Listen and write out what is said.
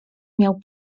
miał